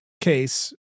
case